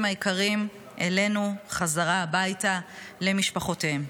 היקרים אלינו בחזרה הביתה למשפחותיהם.